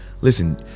Listen